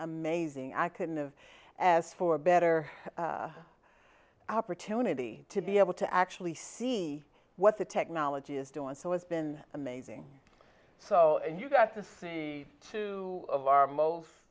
amazing i couldn't have as for a better opportunity to be able to actually see what the technology is doing so it's been amazing so you got to see two of our most